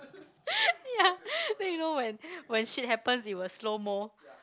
ya then you know when when shit happens it will slow mo